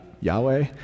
Yahweh